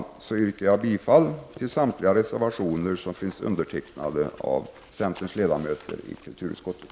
I övrigt yrkar jag bifall till samtliga reservationer som är undertecknade av centerns ledamöter i kulturutskottet.